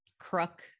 crook